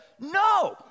No